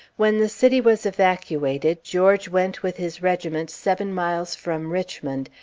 when the city was evacuated, george went with his regiment seven miles from richmond,